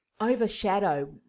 overshadow